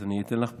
אז אני אתן לך פה,